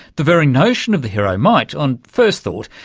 the very notion of the hero might, on first thought,